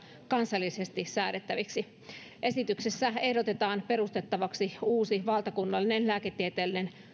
kansallisesti säädettäviksi esityksessä ehdotetaan perustettavaksi uusi valtakunnallinen lääketieteellinen